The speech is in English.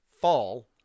fall